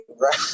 right